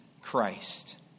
Christ